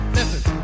Listen